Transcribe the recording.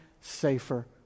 safer